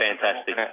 fantastic